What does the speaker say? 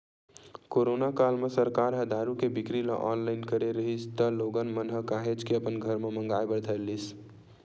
corona काल म सरकार ह दारू के बिक्री ल ऑनलाइन करे रिहिस त लोगन मन ह काहेच के अपन घर म मंगाय बर धर लिस